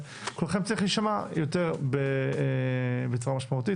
וקולכם צריך להישמע בצורה יותר משמעותית.